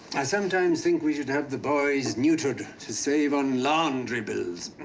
i sometimes think we should have the boys neutered to save on laundry bills.